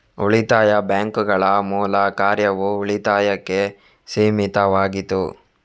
ಉಳಿತಾಯ ಬ್ಯಾಂಕುಗಳ ಮೂಲ ಕಾರ್ಯವು ಉಳಿತಾಯಕ್ಕೆ ಸೀಮಿತವಾಗಿತ್ತು